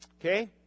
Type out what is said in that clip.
Okay